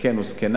זקן או זקנה,